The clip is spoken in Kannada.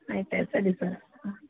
ಆಯ್ತು ಆಯ್ತು ಸರಿ ಸರ ಹಾಂ